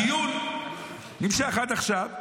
הדיון נמשך עד עכשיו,